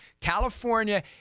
California